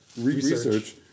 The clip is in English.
Research